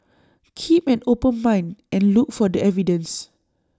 keep an open mind and look for the evidence